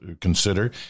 consider